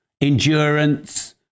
endurance